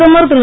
பிரதமர் திரு